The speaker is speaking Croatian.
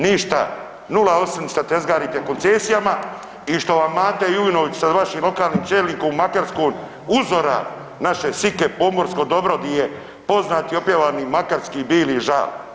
Ništa, nula osim što tezgarite koncesijama i što vam Mate Jujnović sa vašim lokalnim čelnikom u Makarskoj uzora naše sike pomorsko dobro di je poznati i opjevani makarski bili žal.